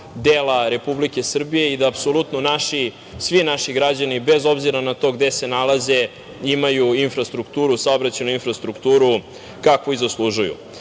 dela Republike Srbije i da apsolutno naši, svi naši građani, bez obzira na to gde se nalaze, imaju infrastrukturu, saobraćajnu infrastrukturu kakvu i zaslužuju. Predmetna